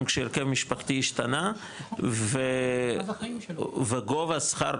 גם כשהרכב משפחתי השתנה וגובה שכר,